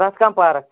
پرٮ۪تھ کانٛہہ پارک